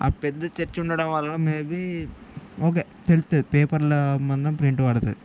ఆ పెద్ద చర్చ్ ఉండడం వల్ల మేబీ ఓకే తెలుస్తుంది పేపర్లో మాత్రం ప్రింట్ పడుతుంది